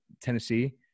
Tennessee